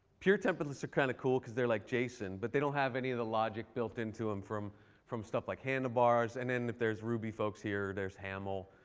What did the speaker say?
pure templates are kind of cool because they're like json, but they don't have any of the logic built into them from from stuff like handlebars. and then there's ruby folks here. there's haml.